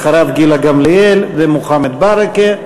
ואחריו גילה גמליאל ומוחמד ברכה.